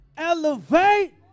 Elevate